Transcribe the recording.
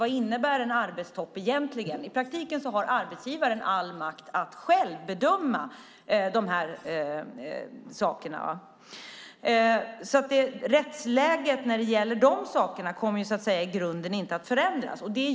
Vad innebär en arbetstopp egentligen? I praktiken har arbetsgivaren all makt att själv bedöma de här sakerna. Rättsläget när det gäller de sakerna kommer i grunden inte att förändras.